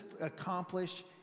accomplish